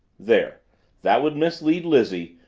there that would mislead lizzie,